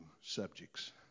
subjects